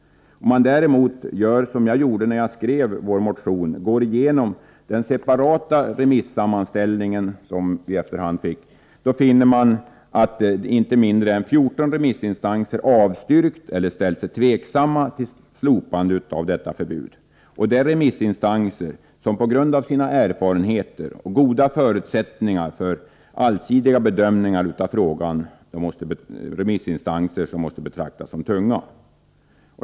Om man däremot gör som jag gjorde när jag skrev vår motion, går igenom den separata remissammanställning som vi i efterhand fick, finner man att inte mindre än 14 remissinstanser avstyrkt eller ställt sig tveksamma till slopandet av detta förbud. Det är remissinstanser som på grund av sina erfarenheter och goda förutsättningar för allsidiga bedömningar av frågan måste betraktas som tunga.